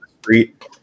street